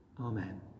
Amen